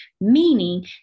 Meaning